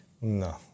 No